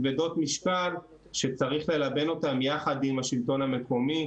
כבדות משקל שצריך ללבן אותן יחד עם השלטון המקומי,